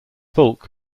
fulk